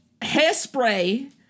Hairspray